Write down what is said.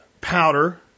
powder